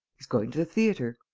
he's going to the theatre.